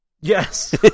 Yes